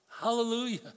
Hallelujah